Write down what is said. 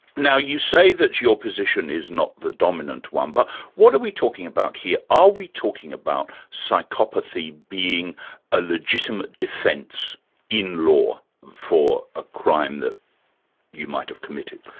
now you say that your position is not the dominant one, but what are we talking about here? are we talking about psychopathy being a legitimate defence in law for a crime that you might have committed?